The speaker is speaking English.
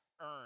earn